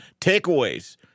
Takeaways